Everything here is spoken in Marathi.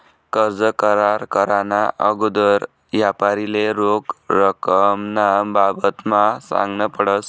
कर्ज करार कराना आगोदर यापारीले रोख रकमना बाबतमा सांगनं पडस